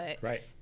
Right